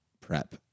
prep